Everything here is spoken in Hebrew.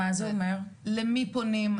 למי פונים,